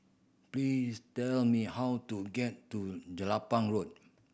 please tell me how to get to Jelapang Road